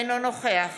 אינו נוכח